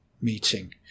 meeting